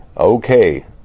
okay